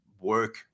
work